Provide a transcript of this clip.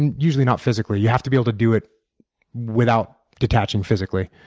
and usually not physically. you have to be able to do it without detaching physically.